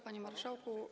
Panie Marszałku!